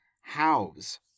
house